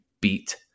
beat